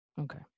Okay